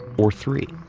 or three.